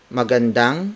magandang